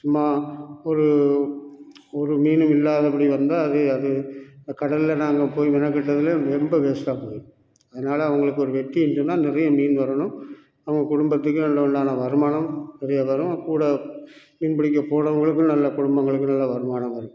சும்மா ஒரு ஒரு மீனும் இல்லாதபடி வந்தால் அதே அது அந்த கடலில் நாங்கள் போய் மெனக்கெட்டது ரொம்ப வேஸ்ட்டாக போயிடும் அதனால அவங்களுக்கு ஒரு வெற்றின்னு சொன்னால் நிறைய மீன் வரணும் அவங்க குடும்பத்துக்கு நல்ல உண்டான வருமானம் நிறையா வரும் கூட மீன் பிடிக்க போனவங்களுக்கு நல்ல குடும்பங்களுக்கு நல்ல வருமானம் வரும்